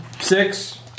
six